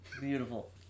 Beautiful